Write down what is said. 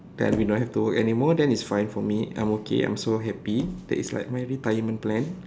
then we don't have to work anymore then it's fine for me I'm okay I'm so happy that is like my retirement plan